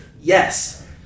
Yes